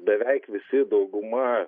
beveik visi dauguma